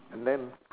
and then